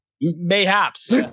Mayhaps